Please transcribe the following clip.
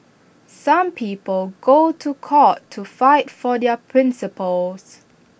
some people go to court to fight for their principles